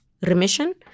Remission